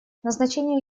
назначение